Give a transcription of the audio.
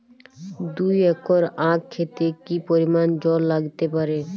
দুই একর আক ক্ষেতে কি পরিমান জল লাগতে পারে?